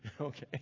Okay